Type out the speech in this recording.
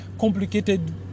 complicated